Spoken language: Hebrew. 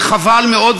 וחבל מאוד,